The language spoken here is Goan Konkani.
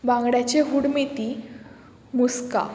बांगड्याची हुडमेथी मुस्का